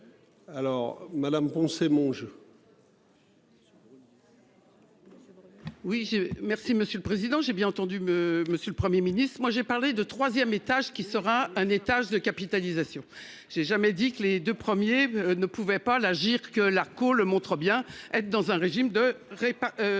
Alors Madame Poncet. Mon jeu. Oui, merci Monsieur le Président, j'ai bien entendu me monsieur le 1er Ministre moi j'ai parlé de troisième étage qui sera un étage de capitalisation. J'ai jamais dit que les deux premiers ne pouvait pas l'Agirc, l'Arco, le montre bien, être dans un régime de pas de.